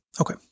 Okay